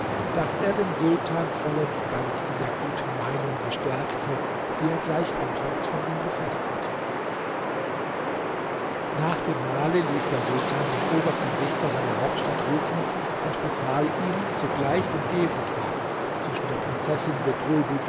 daß er den sultan vollends ganz in der guten meinung bestärkte die er gleich anfangs von ihm gefaßt hatte nach dem mahle ließ der sultan den obersten richter seiner hauptstadt rufen und befahl ihm sogleich den ehevertrag zwischen der prinzessin